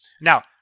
Now